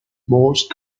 most